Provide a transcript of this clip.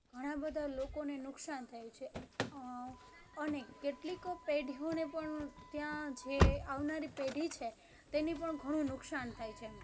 ઘણાં બધા લોકોને નુકસાન થયું છે અને કેટલીક પેઢીઓને પણ ત્યાં જે આવનારી પેઢી છે તેને પણ ઘણું નુકસાન થાય છે એમ